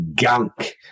gunk